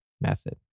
method